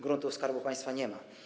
gruntów Skarbu Państwa nie ma.